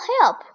help